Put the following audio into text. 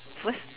what